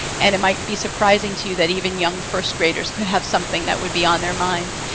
and it might be surprising to you that even young first graders could have something that would be on their minds.